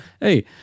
hey